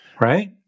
Right